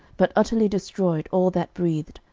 but utterly destroyed all that breathed,